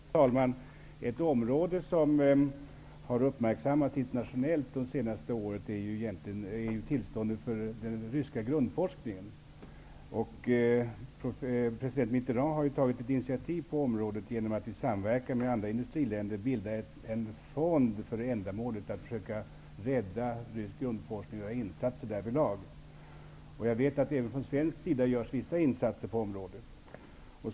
Fru talman! Ett område som har uppmärksammats internationellt under det senaste året är tillståndet för den ryska grundforskningen. President Mitterrand har ju tagit ett initiativ på området genom att i samverkan med andra industriländer bilda en fond för att försöka rädda rysk grundforskning och göra insatser därvidlag. Jag vet att det även från svensk sida görs vissa insatser på området.